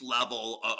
level